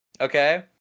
Okay